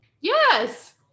Yes